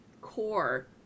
core